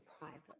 private